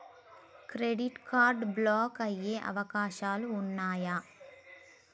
Credit card block అయ్యే అవకాశాలు ఉన్నయా?